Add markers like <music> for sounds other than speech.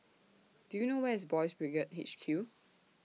Do YOU know Where IS Boys' Brigade H Q <noise>